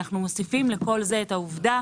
אנחנו מוסיפים לכל זה את העובדה